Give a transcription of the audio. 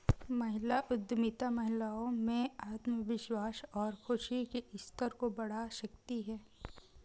महिला उद्यमिता महिलाओं में आत्मविश्वास और खुशी के स्तर को बढ़ा सकती है